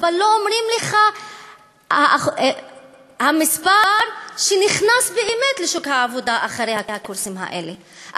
אבל לא אומרים לך את המספר שנכנס באמת לשוק העבודה אחרי הקורסים האלה,